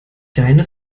deine